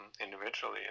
individually